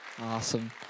Awesome